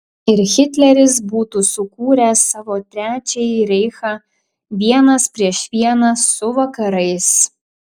ir hitleris būtų sukūręs savo trečiąjį reichą vienas prieš vieną su vakarais